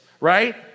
right